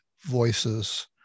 voices